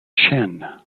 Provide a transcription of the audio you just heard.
chen